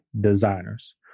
designers